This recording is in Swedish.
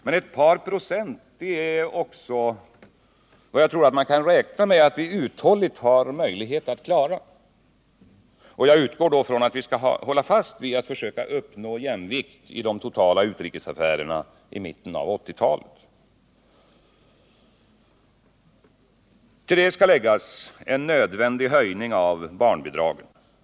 Men ett par procent är vad jag tror att man kan räkna med att vi uthålligt har möjlighet att klara. Jag utgår då från att vi skall hålla fast vid att försöka uppnå jämvikt i de totala utrikesaffärerna i mitten av 1980-talet. Till detta skall läggas en nödvändig höjning av barnbidragen.